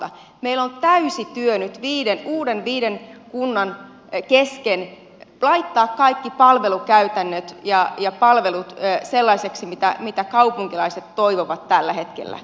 meillä on täysi työ nyt viiden uuden kunnan kesken laittaa kaikki palvelukäytännöt ja palvelut sellaisiksi kuin kaupunkilaiset toivovat tällä hetkellä